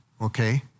Okay